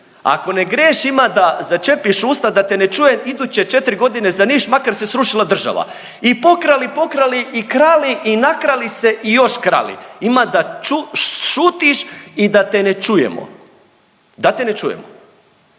ako ne greš ima da začepiš usta da te ne čujem iduće 4.g. za niš makar se srušila država i pokrali, pokrali i krali i nakrali se i još krali, ima da šutiš i da te ne čujemo, da te ne čujemo.